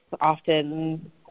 often